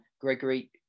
Gregory